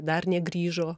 dar negrįžo